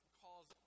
calls